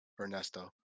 Ernesto